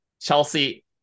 Chelsea